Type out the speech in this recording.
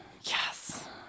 yes